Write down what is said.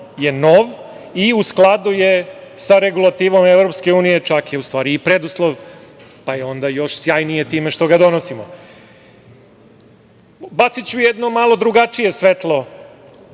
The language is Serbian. Zakon i skladu je sa regulativom EU, čak je i preduslov, pa je onda još sjajnije time što ga donosimo. Baciću jedno malo drugačije svetlo